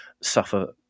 suffer